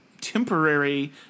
temporary